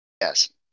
Yes